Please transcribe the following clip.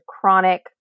chronic